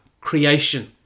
creation